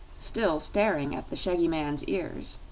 still staring at the shaggy man's ears.